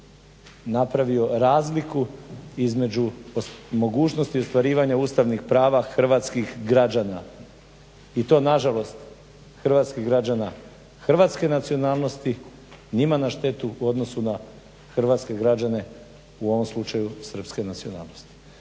napravio razliku između mogućnosti ostvarivanja ustavnih prava hrvatskih građana i to nažalost hrvatskih građana hrvatske nacionalnosti, njima na štetu u odnosu na hrvatske građane u ovom slučaju srpske nacionalnosti.